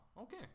okay